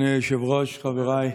אדוני היושב-ראש, חבריי,